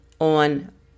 on